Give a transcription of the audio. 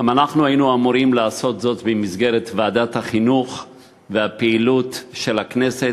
גם אנחנו היינו אמורים לעשות זאת במסגרת ועדת החינוך והפעילות של הכנסת,